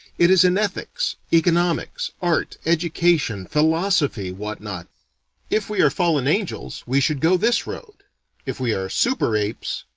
it is in ethics, economics, art, education, philosophy, what-not. if we are fallen angels, we should go this road if we are super-apes,